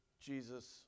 Jesus